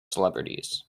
celebrities